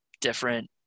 different